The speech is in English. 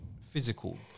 Physical